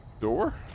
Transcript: door